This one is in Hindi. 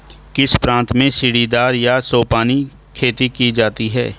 किस प्रांत में सीढ़ीदार या सोपानी खेती की जाती है?